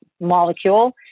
molecule